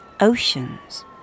oceans